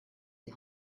die